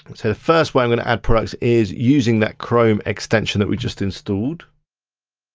so the first way i'm gonna add products is using that chrome extension that we just installed.